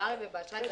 בסלולארי ובאשראי.